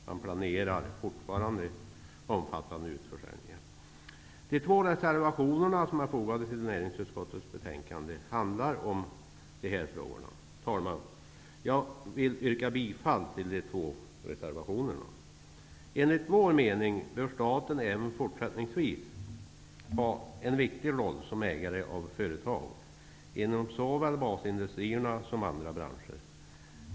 Man planerar fortfarande omfattande utförsäljningar. De två reservationer som är fogade vid näringsutskottets betänkande nr 27 handlar om dessa frågor. Herr talman! Jag vill yrka bifall till de två reservationerna. Enligt vår mening bör staten även fortsättningsvis ha en viktig roll som ägare av företag, inom såväl basindustrierna som andra branscher.